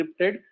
encrypted